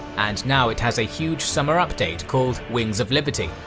and now it has a huge summer update called wings of liberty,